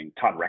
Todd